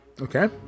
Okay